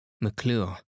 McClure